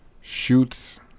shoots